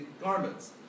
garments